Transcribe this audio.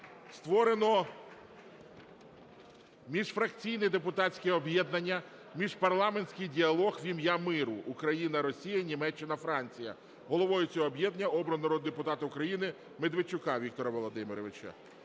Створено міжфракційне депутатське об'єднання "Міжпарламентський діалог в ім'я миру Україна-Росія-Німеччина-Франція". Головою цього об'єднання обрано народного депутата України Медведчука Віктора Володимировича.